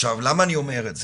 למה אני אומר את זה?